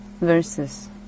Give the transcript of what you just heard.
Verses